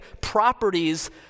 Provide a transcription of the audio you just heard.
properties